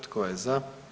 Tko je za?